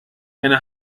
eine